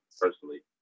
personally